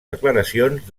declaracions